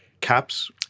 caps